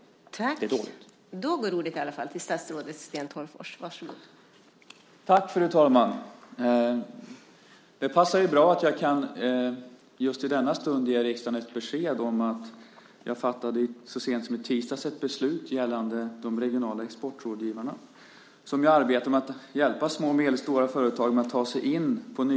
Det är dåligt.